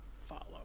follow